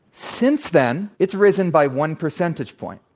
since then, it's risen by one percentage point.